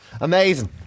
Amazing